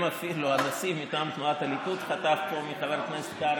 אם אפילו הנשיא מטעם תנועת הליכוד חטף פה מחבר הכנסת קרעי,